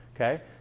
Okay